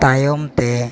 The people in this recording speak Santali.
ᱛᱟᱭᱚᱢ ᱛᱮ